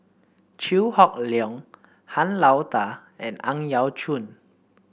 Chew Hock Leong Han Lao Da and Ang Yau Choon